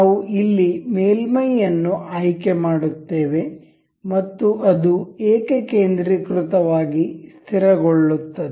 ನಾವು ಇಲ್ಲಿ ಮೇಲ್ಮೈಯನ್ನು ಆಯ್ಕೆ ಮಾಡುತ್ತೇವೆ ಮತ್ತು ಅದು ಏಕಕೇಂದ್ರೀಕೃತವಾಗಿ ಸ್ಥಿರಗೊಳ್ಳುತ್ತದೆ